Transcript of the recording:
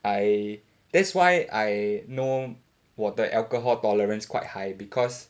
I that's why I know 我的 alcohol tolerance quite high because